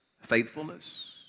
faithfulness